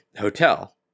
hotel